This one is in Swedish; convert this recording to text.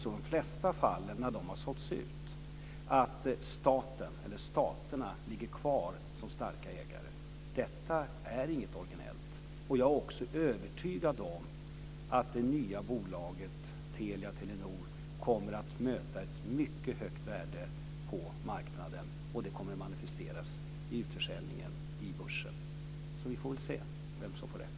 I de flesta fall där telecom-bolag har sålts ut har stater legat kvar som starka ägare. Detta är ingen originellt. Jag är övertygad om att det nya bolaget Telia-Telenor kommer att möta ett mycket högt värde på marknaden. Detta kommer att manifesteras vid utförsäljningen på börsen. Så vi får väl se vem som får rätt.